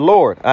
Lord